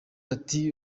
ati